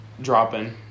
dropping